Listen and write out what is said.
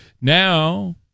Now